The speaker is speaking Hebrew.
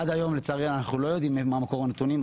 עד היום לצערנו אנחנו לא יודעים מה מקור הנתונים.